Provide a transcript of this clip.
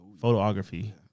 photography